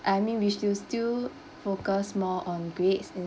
I mean we should still focus more on grades